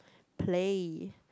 play